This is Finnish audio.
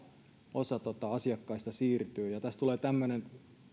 osa asiakkaista siirtyy tässä tulee tämmöinen